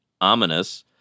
ominous